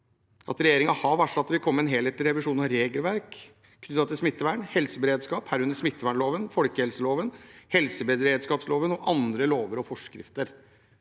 at regjeringen har varslet at det vil komme en helhetlig revisjon av regelverk knyttet til smittevern og helseberedskap, herunder smittevernloven, folkehelseloven, helseberedskapsloven og andre lover og forskrifter.